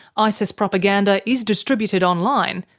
isis propaganda is distributed online,